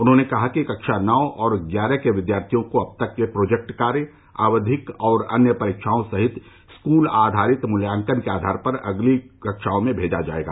उन्होंने कहा कि कक्षा नौ और ग्यारह के विद्यार्थियों को अब तक के प्रोजेक्ट कार्य आवधिक और अन्य परीक्षाओं सहित स्कूल आधारित मूल्यांकन के आधार पर अगली कक्षाओं में भेजा जाएगा